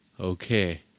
Okay